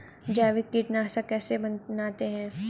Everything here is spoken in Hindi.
जैविक कीटनाशक कैसे बनाते हैं?